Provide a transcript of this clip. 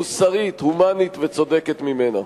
מוסרית, הומנית וצודקת ממנה.